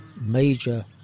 major